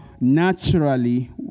naturally